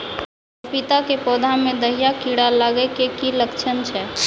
पपीता के पौधा मे दहिया कीड़ा लागे के की लक्छण छै?